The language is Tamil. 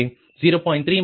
3 1